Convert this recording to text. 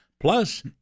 Plus